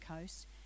coast